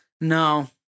No